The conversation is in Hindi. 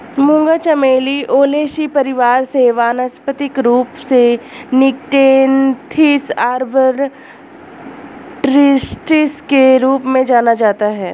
मूंगा चमेली ओलेसी परिवार से वानस्पतिक रूप से निक्टेन्थिस आर्बर ट्रिस्टिस के रूप में जाना जाता है